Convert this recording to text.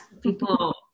people